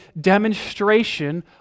demonstration